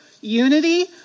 unity